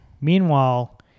meanwhile